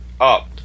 up